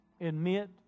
Admit